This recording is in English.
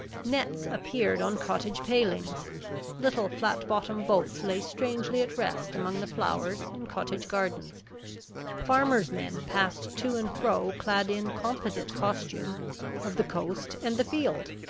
nets appeared on cottage pailings little flat-bottomed boats lay strangely at rest among the flowers in cottage gardens farmers' men passed to and fro clad in composite costume of the coast and the field,